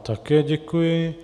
Také děkuji.